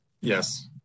Yes